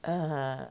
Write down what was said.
uh